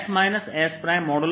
s s